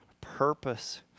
purpose